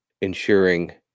ensuring